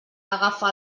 agafa